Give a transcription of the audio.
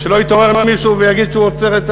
שלא יתעורר מישהו ויגיד שהוא עוצר.